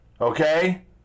okay